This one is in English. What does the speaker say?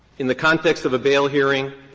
in the context of a bail hearing,